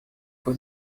for